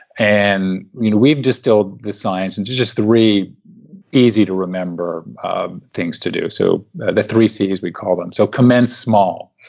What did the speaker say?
and you know we've distilled the science and in just three easy to remember um things to do, so the three cs we call them, so commence small.